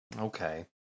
Okay